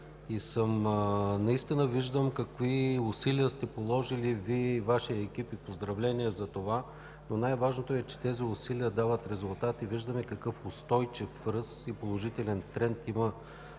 Наистина виждам какви усилия сте положили Вие и Вашият екип. Поздравления за това! Но най-важното е, че тези усилия дават резултат и виждаме какъв устойчив ръст и положителен тренд има